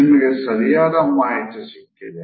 ನಿಮಗೆ ಸರಿಯಾದ ಮಾಹಿತಿ ಸಿಕ್ಕಿದೆ